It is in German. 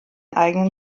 eigenen